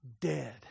Dead